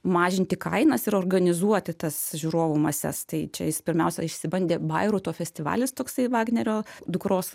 mažinti kainas ir organizuoti tas žiūrovų mases tai čia jis pirmiausia išsibandė bairoito festivalis toksai vagnerio dukros